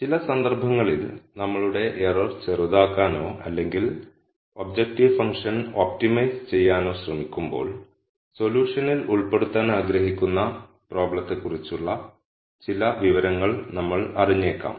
ചില സന്ദർഭങ്ങളിൽ നമ്മളുടെ എറർ ചെറുതാക്കാനോ അല്ലെങ്കിൽ ഒബ്ജക്റ്റീവ് ഫംഗ്ഷൻ ഒപ്റ്റിമൈസ് ചെയ്യാനോ ശ്രമിക്കുമ്പോൾ സൊല്യൂഷനിൽ ഉൾപ്പെടുത്താൻ ആഗ്രഹിക്കുന്ന പ്രോബ്ലത്തെക്കുറിച്ചുള്ള ചില വിവരങ്ങൾ നമ്മൾ അറിഞ്ഞേക്കാം